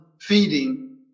feeding